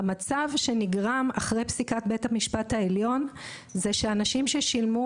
המצב שנגרם אחרי פסיקת בית המשפט העליון הוא שאנשים ששילמו